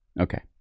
Okay